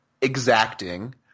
exacting